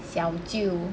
小舅